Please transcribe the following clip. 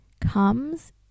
comes